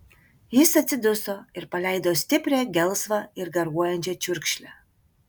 jis atsiduso ir paleido stiprią gelsvą ir garuojančią čiurkšlę